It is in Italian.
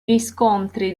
riscontri